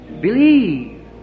Believe